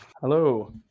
Hello